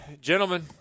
Gentlemen